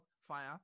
fire